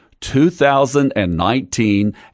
2019